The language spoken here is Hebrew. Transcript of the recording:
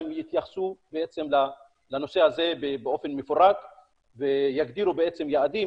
יתייחסו לנושא הזה באופן מפורט ויגדירו יעדים